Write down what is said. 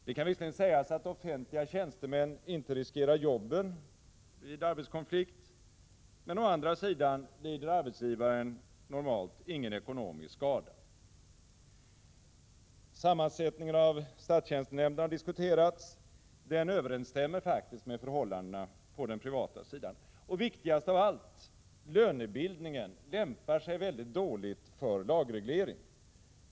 Det kan visserligen sägas att tjänstemännen på den offentliga sidan inte riskerar jobben vid arbetskonflikt, men å andra sidan lider arbetsgivaren normalt ingen ekonomisk skada. Vidare har statstjänstenämndens sammansättning diskuterats, men den överensstämmer faktiskt med förhållandena på den privata sidan. Och viktigast av allt: Lönebildningen lämpar sig väldigt dåligt för lagreglering.